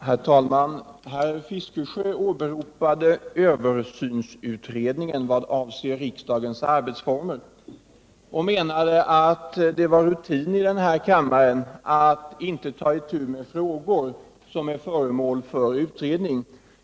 Herr talman! Herr Fiskesjö åberopade översynsutredningen beträffande riksdagens arbetsformer och menade att det i denna kammare är rutin att inte ta itu med frågor som är föremål för utredning.